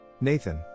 Nathan